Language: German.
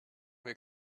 wir